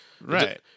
right